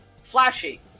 Flashy